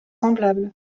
semblables